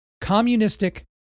communistic